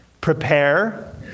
Prepare